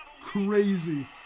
Crazy